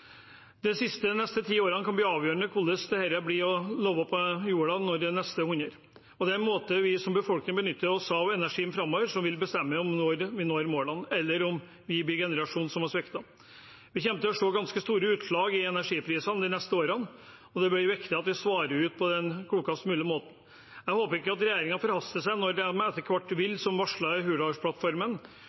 neste hundre årene. Det er måten vi som befolkning benytter oss av energien framover på som vil bestemme når vi når målene, eller om vi blir generasjonen som sviktet. Vi kommer til å se ganske store utslag i energiprisene de neste årene, og det blir viktig at vi svarer ut på den klokeste måten. Jeg håper at regjeringen ikke forhaster seg når de etter hvert, som varslet i Hurdalsplattformen, skal utrede hvordan norsk krafteksport påvirker forsyningssikkerheten for kraft og norske strømpriser. Men det er